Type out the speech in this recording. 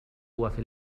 وفي